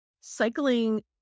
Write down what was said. cycling